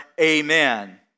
amen